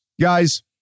guys